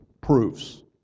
proofs